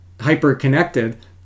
hyper-connected